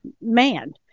man